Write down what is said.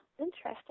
Interesting